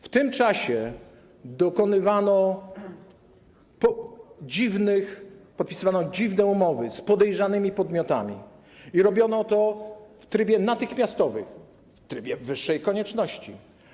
W tym czasie podpisywano dziwne umowy z podejrzanymi podmiotami i robiono to w trybie natychmiastowym, w trybie wyższej konieczności.